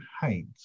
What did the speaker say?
hate